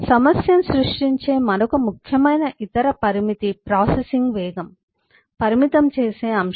సమస్యను సృష్టించే మరొక ముఖ్యమైన ఇతర పరిమితి ప్రాసెసింగ్ వేగం పరిమితం చేసే అంశం